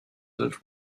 that